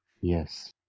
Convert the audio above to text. Yes